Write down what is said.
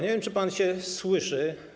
Nie wiem, czy pan się słyszy.